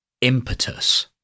impetus